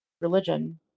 religion